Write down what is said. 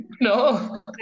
No